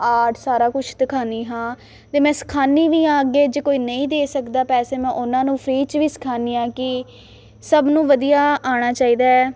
art ਸਾਰਾ ਕੁਛ ਦਿਖਾਉਂਦੀ ਹਾਂ ਅਤੇ ਮੈਂ ਸਿਖਾਉਂਦੀ ਵੀ ਹਾਂ ਅੱਗੇ ਜੇ ਕੋਈ ਨਹੀਂ ਦੇ ਸਕਦਾ ਪੈਸੇ ਮੈਂ ਉਹਨਾਂ ਨੂੰ ਫਰੀ 'ਚ ਵੀ ਸਿਖਾਉਂਦੀ ਹਾਂ ਕਿ ਸਭ ਨੂੰ ਵਧੀਆ ਆਉਣਾ ਚਾਹੀਦਾ